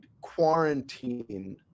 quarantine